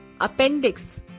appendix